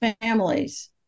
families